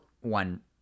one